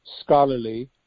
scholarly